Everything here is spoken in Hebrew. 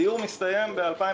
החוזה מסתיים ב-2021.